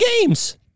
games